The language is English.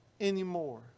anymore